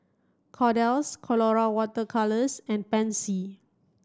Kordel's Colora water colours and Pansy